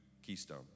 keystone